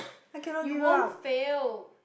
you won't fail